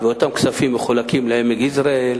אותם כספים מחולקים לעמק-יזרעאל,